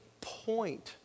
point